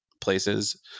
places